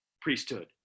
priesthood